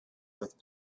with